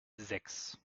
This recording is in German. sechs